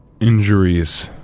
injuries